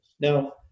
now